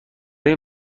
این